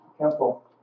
temple